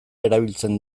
erabiltzen